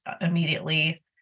immediately